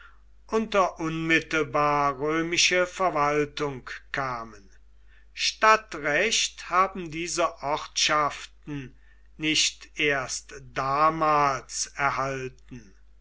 unter unmittelbar römische verwaltung kamen stadtrecht haben diese ortschaften nicht erst damals erhalten